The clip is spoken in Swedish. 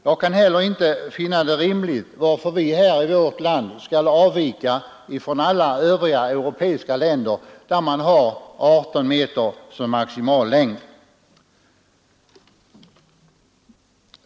Jag kan heller inte finna det rimligt att vi här i vårt land skall avvika från alla övriga europeiska länder, där man har 18 meter som maximal längd.